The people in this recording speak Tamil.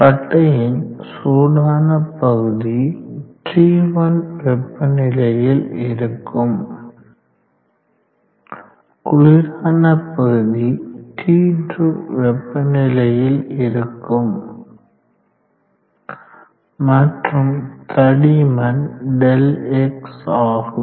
பட்டையின் சூடான பகுதி T1 வெப்பநிலையில் இருக்கும் குளிரான பகுதி T2 வெப்பநிலையில் இருக்கும் மற்றும் தடிமன் Δx ஆகும்